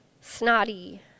snotty